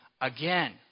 again